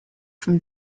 from